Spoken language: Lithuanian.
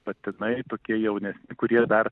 patinai tokie jaunesni kurie dar